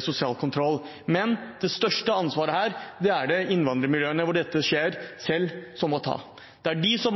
sosial kontroll. Men det største ansvaret her er det innvandrermiljøene selv – hvor dette skjer – som må ta. Det er de som